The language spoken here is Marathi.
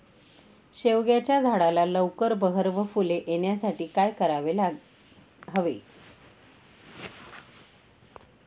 शेवग्याच्या झाडाला लवकर बहर व फूले येण्यासाठी काय करायला हवे?